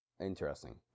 Interesting